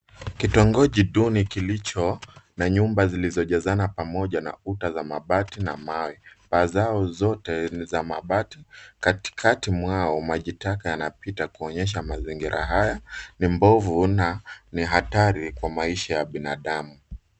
Kitongoji duni kilicho na nyumba zilizojazana pamoja na kuta za mabati na mawe. Paa zao zote ni za mabati. Katikati mwao maji taka yanapita, kuonyesha mazingira haya ni mbovu na ni hatari kwa maisha ya binadamu.